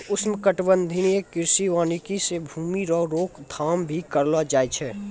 उष्णकटिबंधीय कृषि वानिकी से भूमी रो रोक थाम भी करलो जाय छै